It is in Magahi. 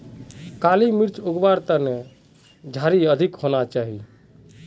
काली मिर्चक उग वार तने झड़ी अधिक होना चाहिए